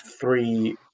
three